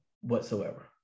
whatsoever